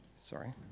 sorry